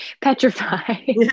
Petrified